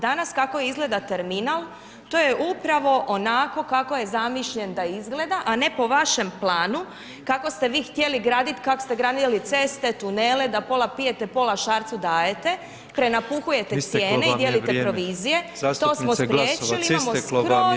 Danas kako izgleda terminal, to je upravo onako kako je zamišljen da izgleda, a ne po vašem planu, kako ste vi htjeli graditi, kak ste gradili ceste, tunele, da pola pijete, pola Šarcu dajete, prenapuhujete cijeni [[Upadica Petrov: Isteklo vam je vrijeme.]] i dijelite provizije, to smo spriječili, imamo skroz